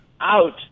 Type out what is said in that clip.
out